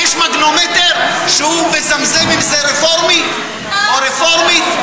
יש מגנומטר שמזמזם אם זה רפורמי או רפורמית?